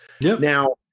Now